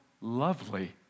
lovely